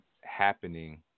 happening